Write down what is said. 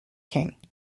king